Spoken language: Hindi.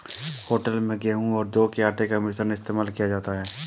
होटल में गेहूं और जौ के आटे का मिश्रण इस्तेमाल किया जाता है